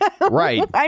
Right